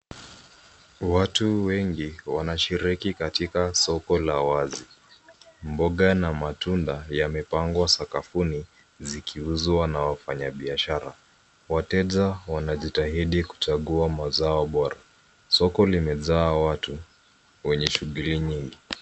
Watu wengi wanashiriki katika soko la wazi. Mboga na matunda yamepangwa sakafuni zikiuzwa na wafanyabiashara. Wateja wanajitahidi kuchagua mazao bora. Soko limejaa watu wenye shughuli nyingi.